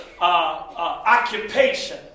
Occupation